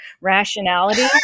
rationality